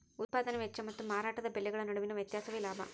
ಉತ್ಪದಾನೆ ವೆಚ್ಚ ಮತ್ತು ಮಾರಾಟದ ಬೆಲೆಗಳ ನಡುವಿನ ವ್ಯತ್ಯಾಸವೇ ಲಾಭ